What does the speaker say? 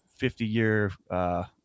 50-year